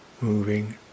moving